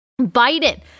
Biden